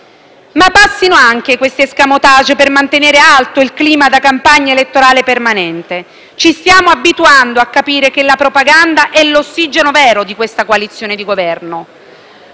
Ma passino anche questi *escamotage* per mantenere alto il clima da campagna elettorale permanente. Ci stiamo abituando a capire che la propaganda è l'ossigeno vero di questa coalizione di Governo.